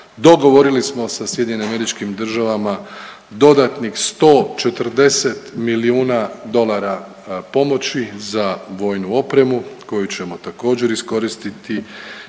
dogovorili samo sa SAD-om dodatnih 140 milijuna dolara pomoći za vojnu opremu koju ćemo također iskoristiti